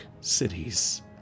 cities